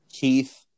Keith